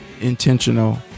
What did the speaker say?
intentional